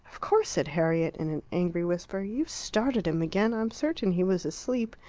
of course, said harriet, in an angry whisper. you've started him again. i'm certain he was asleep.